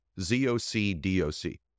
Z-O-C-D-O-C